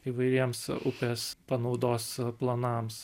įvairiems upės panaudos planams